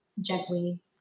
gently